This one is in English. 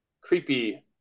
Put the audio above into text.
creepy